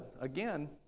Again